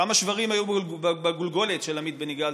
כמה שברים היו בגולגולת של עמית בן יגאל,